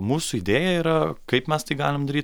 mūsų idėja yra kaip mes tai galim daryt